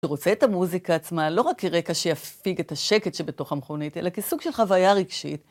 שרוצה את המוזיקה עצמה לא רק כרקע שיפיג את השקט שבתוך המכונית, אלא כסוג של חוויה רגשית.